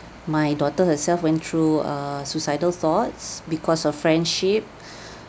my daughter herself went through err suicidal thoughts because of friendship